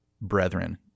brethren